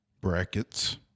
brackets